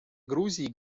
грузии